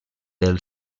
del